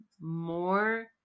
more